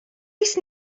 oes